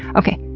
okay,